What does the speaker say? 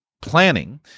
planning